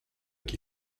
qui